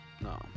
No